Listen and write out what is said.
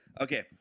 Okay